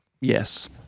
yes